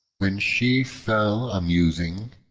when she fell a-musing.